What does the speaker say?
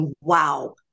wow